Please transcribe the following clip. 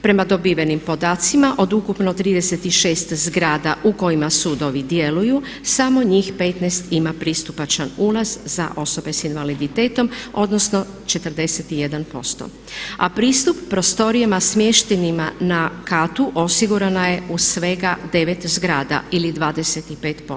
Prema dobivenim podacima od ukupno 36 zgrada u kojima sudovi djeluju samo njih 15 ima pristupačan ulaz za osobe s invaliditetom odnosno 41% a pristup prostorijama smještenima na katu osigurana je u svega 9 zgrada ili 25%